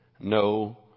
no